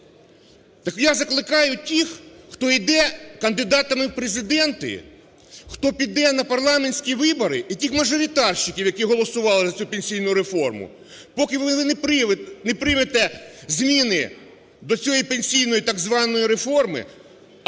Так я закликаю тих, хто іде кандидатами в президенти, хто піде на парламентські вибори і тих мажоритарщиків, які голосували за цю пенсійну реформу. Поки ви не приймете зміни до цієї пенсійної так званої реформи… А елементарно